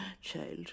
Child